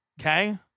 Okay